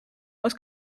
was